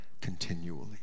continually